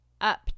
up